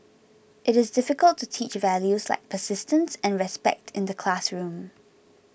it is difficult to teach values like persistence and respect in the classroom